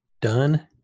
done